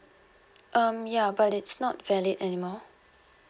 um ya but it's not valid anymore